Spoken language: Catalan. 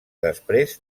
després